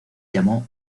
llamó